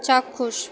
চাক্ষুষ